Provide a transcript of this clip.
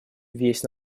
весь